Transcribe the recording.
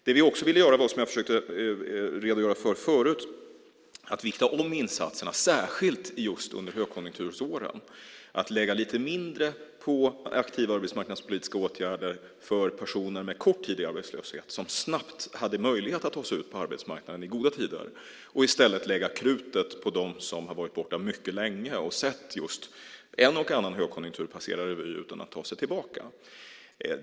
Det vi också ville göra var som jag försökte redogöra för förut att vikta om insatserna, särskilt under högkonjunkturåren, lägga lite mindre på aktiva arbetsmarknadspolitiska åtgärder för personer med kort tid i arbetslöshet, som snabbt hade möjlighet att ta sig ut på arbetsmarknaden i goda tider, och i stället lägga krutet på dem som varit borta mycket länge och sett en och annan högkonjunktur passera revy utan att ta sig tillbaka.